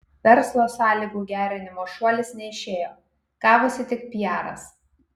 verslo sąlygų gerinimo šuolis neišėjo gavosi tik piaras